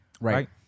right